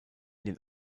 den